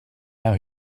now